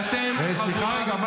כי אתם --- סליחה רגע.